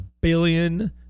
billion